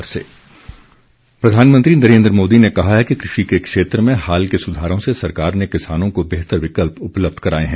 प्रधानमंत्री प्रधानमंत्री नरेन्द्र मोदी ने कहा है कि कृषि के क्षेत्र में हाल के सुधारों से सरकार ने किसानों को बेहतर विकल्प उपलब्ध कराए हैं